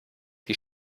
die